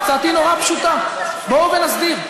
חבורה של גנבים.